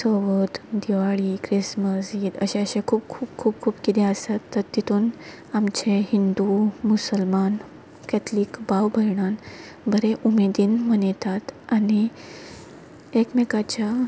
चवथ Diwali Christmas Eid अशे अशे खूब खूब खूब किदें आसात तर तेतूंन आमचे हिंदू मुसलमान केतलीक भाव भयणा बऱ्या उमेदीन मनयतात आनी एकमेकाच्या